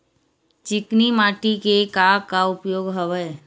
चिकनी माटी के का का उपयोग हवय?